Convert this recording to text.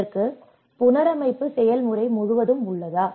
இதற்கு புனரமைப்பு செயல்முறை முழுவதும் உள்ளதா